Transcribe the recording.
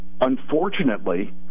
unfortunately